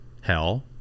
hell